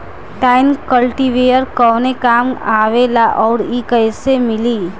Tine cultivator कवने काम आवेला आउर इ कैसे मिली?